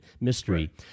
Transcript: mystery